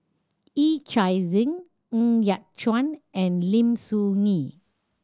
Yee Chia Hsing Ng Yat Chuan and Lim Soo Ngee